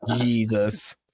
Jesus